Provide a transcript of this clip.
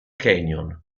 canyon